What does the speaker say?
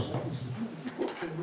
יכול להינשא לפי החוק הקיים כרגע,